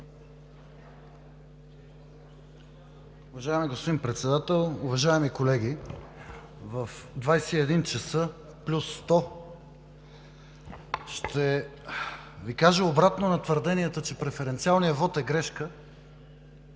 Уважаеми господин Председател, уважаеми колеги! В 21,00 ч. плюс 100 ще Ви кажа обратно на твърденията, че преференциалният вот е грешка,